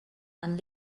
and